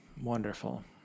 Wonderful